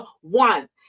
one